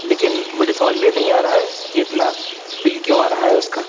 لیکن مجھے سمجھ میں نہیں آ رہا ہے کہ اتنا بل کیوں آ رہا ہے اس کا